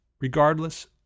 Regardless